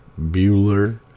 Bueller